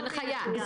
הנחיה.